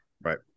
Right